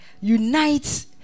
unite